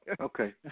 Okay